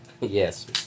Yes